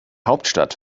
hauptstadt